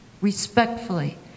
respectfully